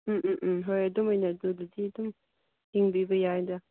ꯎꯝ ꯎꯝ ꯎꯝ ꯍꯣꯏ ꯑꯗꯨꯝ ꯑꯩꯅ ꯑꯗꯨꯗꯗꯤ ꯑꯗꯨꯝ ꯌꯦꯡꯕꯤꯕ ꯌꯥꯏꯗ